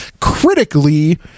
critically